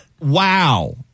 wow